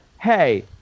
hey